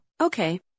Okay